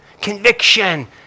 Conviction